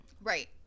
Right